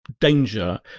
danger